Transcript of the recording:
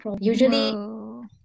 usually